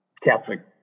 Catholic